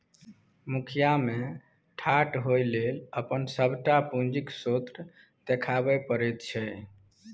मुखिया मे ठाढ़ होए लेल अपन सभटा पूंजीक स्रोत देखाबै पड़ैत छै